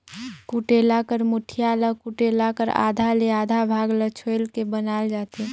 कुटेला कर मुठिया ल कुटेला कर आधा ले आधा भाग ल छोएल के बनाल जाथे